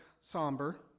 somber